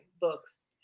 books